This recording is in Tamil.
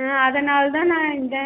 ம் அதனால்தான் நான் இந்த